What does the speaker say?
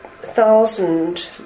thousand